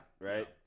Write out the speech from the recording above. Right